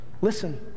Listen